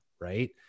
Right